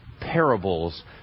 parables